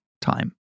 time